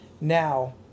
Now